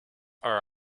are